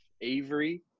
Avery